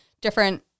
different